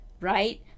right